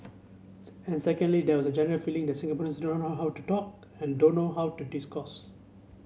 and secondly there was a general feeling that Singaporeans do not know how to talk and don't know how to discourse